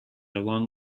along